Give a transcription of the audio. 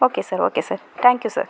okay sir okay sir thank you sir